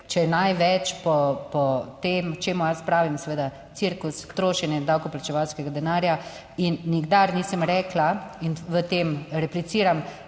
je največ po tem, čemur jaz pravim seveda cirkus, trošenje davkoplačevalskega denarja in nikdar nisem rekla in v tem repliciram,